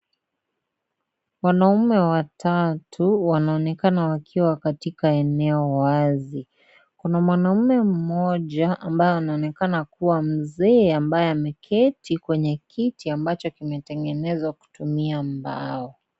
Wanaume watatu wanaonekana wakiwa katika eneo wazi. Kuna mwanaume mmoja ambaye anaonekana kuwa mzee ambaye ameketi kwenye kiti ambacho kimetengenezwa kutumia mbao.